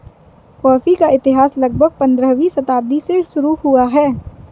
coffee का इतिहास लगभग पंद्रहवीं शताब्दी से शुरू हुआ है